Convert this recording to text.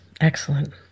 excellent